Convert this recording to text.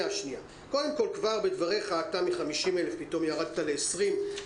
קודם כול כבר בדבריך מ-50,000 פתאום ירדת ל-20,000,